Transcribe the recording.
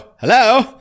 Hello